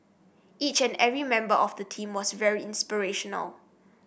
each and every member of the team was very inspirational